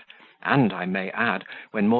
and, i may add,